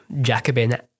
Jacobin